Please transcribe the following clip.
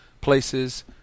places